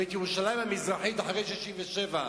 ואת ירושלים המזרחית אחרי 67'?